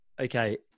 Okay